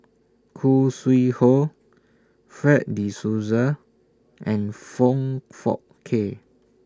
Khoo Sui Hoe Fred De Souza and Foong Fook Kay